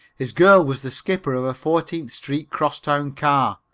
his girl was the skipper of a fourteenth street crosstown car,